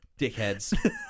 Dickheads